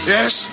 Yes